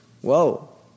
Whoa